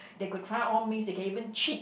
they could try all means they can even cheat